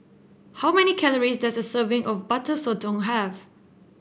how many calories does a serving of Butter Sotong have